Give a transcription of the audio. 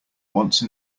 once